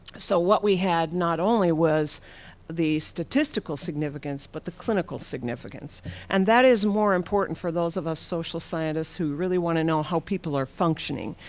so what we had, not only was the statistical significance but the clinical significance and that is more important for those of us social scientists who really wanna know how people are functioning.